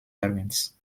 variants